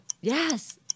Yes